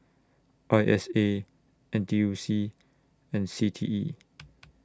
I S A N T U C and C T E